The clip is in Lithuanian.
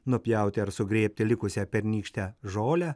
nupjauti ar sugrėbti likusią pernykštę žolę